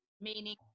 meaning